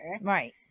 right